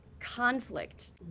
conflict